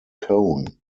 cone